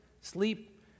sleep